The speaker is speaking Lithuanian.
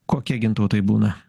kokia gintautai būna